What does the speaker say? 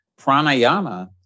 pranayama